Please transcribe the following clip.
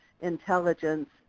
intelligence